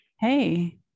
hey